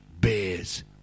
bears